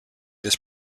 this